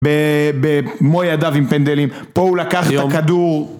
במוידאו עם פנדלים, פה הוא לקח את הכדור